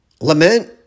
Lament